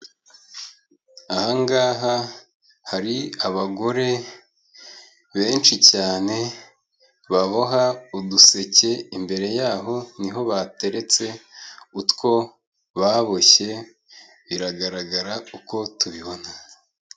Aha ngaha hari abagore benshi cyane baboha uduseke, imbere yabo ni ho bateretse utwo baboshye, biragaragara uko tubibona.